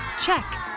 Check